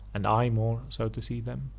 and i more so to see them.